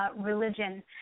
religion